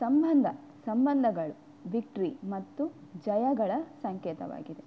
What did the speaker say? ಸಂಬಂಧ ಸಂಬಂಧಗಳು ವಿಕ್ಟ್ರಿ ಮತ್ತು ಜಯಗಳ ಸಂಕೇತವಾಗಿದೆ